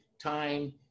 time